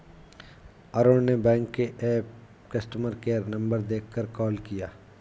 अरुण ने बैंक के app customer care number देखकर कॉल किया